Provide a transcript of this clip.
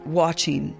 watching